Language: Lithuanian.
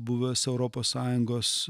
buvęs europos sąjungos